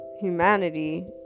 humanity